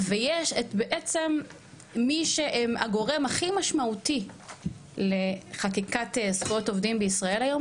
ויש את בעצם מי שהגורם הכי משמעותי לחקיקת זכויות עובדים בישראל היום,